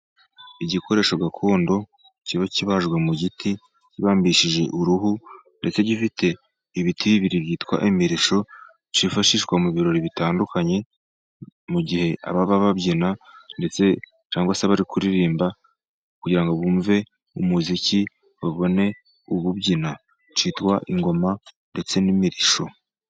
Igikoresho gakondo kiba kibajwe mu giti kibambishije uruhu, ndetse gifite ibiti bibiri byitwa imirishyo. Cyifashishwa mu birori bitandukanye, mu gihe ababa babyina ndetse cyangwa se bari kuririmba, kugira ngo bumve umuziki babone ububyina. Cyitwa ingoma ndetse n'imirishyo.